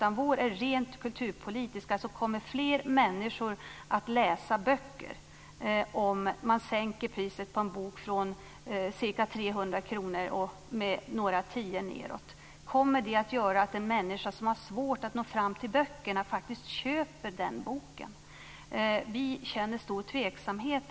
Vi ser det rent kulturpolitiskt: Kommer fler människor att läsa böcker om man sänker priset med några tior på en bok som kostar 300 kr? Kommer det att göra att en människa som har svårt att nå fram till böckerna köper den boken? Vi känner stor tveksamhet.